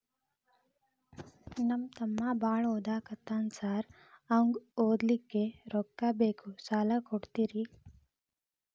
ನಮ್ಮ ತಮ್ಮ ಬಾಳ ಓದಾಕತ್ತನ ಸಾರ್ ಅವಂಗ ಓದ್ಲಿಕ್ಕೆ ರೊಕ್ಕ ಬೇಕು ಸಾಲ ಕೊಡ್ತೇರಿ?